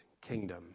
kingdom